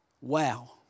wow